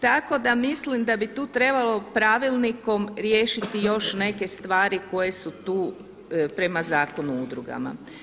Tako da mislim da bi tu trebalo pravilnikom riješiti još neke stvari koje su tu prema Zakonu o udrugama.